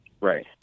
Right